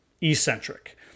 eccentric